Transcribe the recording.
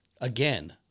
again